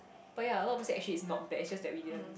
but ya a lot of people actually it's not bad it's just that we didn't